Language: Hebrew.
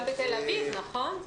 גם בתל אביב, נכון?